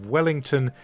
Wellington